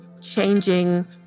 changing